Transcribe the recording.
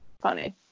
funny